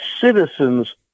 citizens